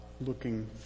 looking